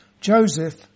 Joseph